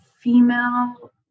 female